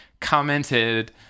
commented